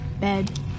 bed